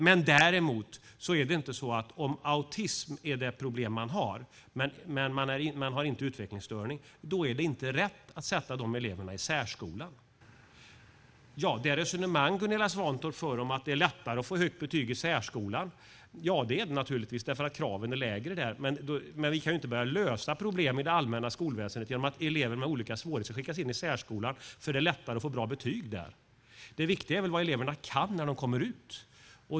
Men om en elev har autism men ingen utvecklingsstörning är det inte rätt att sätta den eleven i särskolan. Det resonemang som Gunilla Svantorp för om att det är lättare att få högt betyg i särskolan stämmer naturligtvis eftersom kraven är lägre där, men vi kan inte börja lösa problem i det allmänna skolväsendet genom att elever med olika svårigheter ska skickas till särskolan eftersom det är lättare att få bra betyg där. Det viktiga är väl vad eleverna kan när de kommer ut.